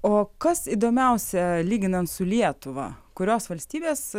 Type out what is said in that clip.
o kas įdomiausia lyginant su lietuva kurios valstybės